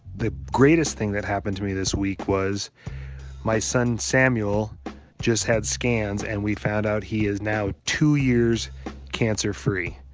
the greatest thing that happened to me this week was my son samuel just had scans, and we found out he is now two years cancer-free.